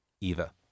Eva